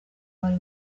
wari